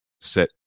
set